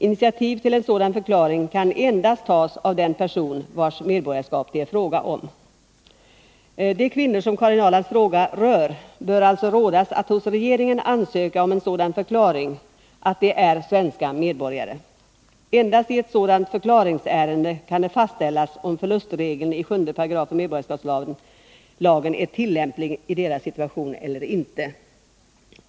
Initiativ till en sådan förklaring kan endast tas av den person vars medborgarskap det är fråga om. De kvinnor som Karin Ahrlands fråga rör bör alltså rådas att hos regeringen ansöka om en sådan förklaring att de är svenska medborgare. Endast i ett sådant förklaringsärende kan det fastställas om förlustregeln i 7 § medborgarskapslagen är tillämplig i deras situation eller inte.